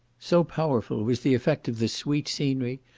so powerful was the effect of this sweet scenery,